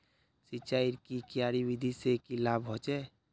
सिंचाईर की क्यारी विधि से की लाभ होचे?